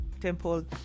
temple